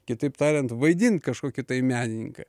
kitaip tariant vaidint kažkokį tai menininką